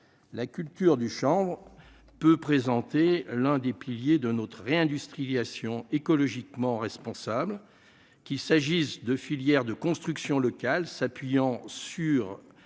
la culture du chanvre. Peut présenter l'un des piliers de notre réindustrialisation écologiquement responsable, qu'il s'agisse de filières de construction locale, s'appuyant sur